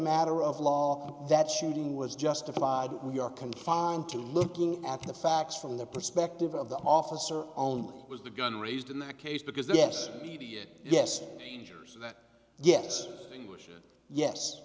matter of law that shooting was justified we are confined to looking at the facts from the perspective of the officer only with the gun raised in the case because the yes yes yes yes